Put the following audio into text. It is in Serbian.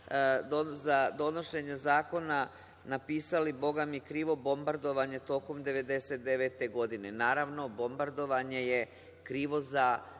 za donošenje zakona napisali bogami da je krivo bombardovanje tokom 1999. godine. Naravno, bombardovanje je krivo za